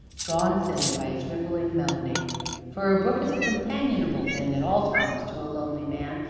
drawn thither by its rippling melody for a brook is a companionable thing, at all times, to a lonely man,